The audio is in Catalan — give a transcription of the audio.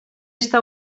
està